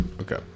Okay